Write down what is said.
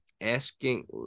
asking